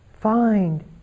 find